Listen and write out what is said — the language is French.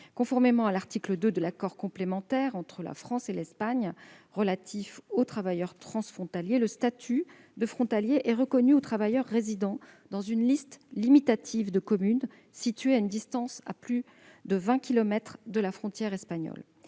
Conformément à l'article 2 de l'accord complémentaire entre la France et l'Espagne relatif aux travailleurs frontaliers, le statut de frontalier est reconnu aux travailleurs résidant dans une liste limitative de communes situées à une distance de 20 kilomètres au plus de la frontière espagnole.